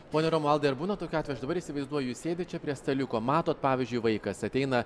pone romualdai ar būna tokių atvejų aš dabar įsivaizduoju jūs sėdit čia prie staliuko matot pavyzdžiui vaikas ateina